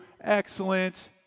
excellent